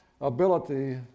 ability